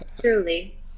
Truly